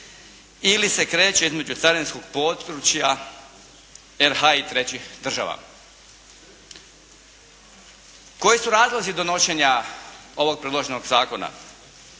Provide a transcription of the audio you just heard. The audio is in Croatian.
ili se kreće između carinskog područja RH i trećih država. Koji su razlozi donošenja ovog predloženog zakona?